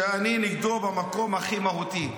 שאני נגדו במקום הכי מהותי.